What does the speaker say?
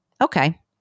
Okay